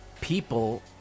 people